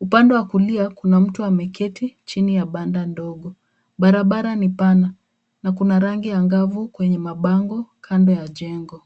Upande wa kulia kuna mtu ameketi chini ya banda ndogo. Barabara ni pana na kuna rangi angavu kwenye mabango kando ya jengo.